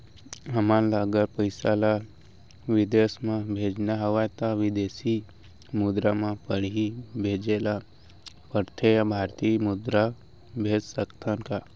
हमन ला अगर पइसा ला विदेश म भेजना हवय त विदेशी मुद्रा म पड़ही भेजे ला पड़थे या भारतीय मुद्रा भेज सकथन का?